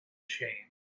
changed